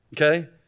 okay